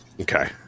Okay